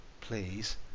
please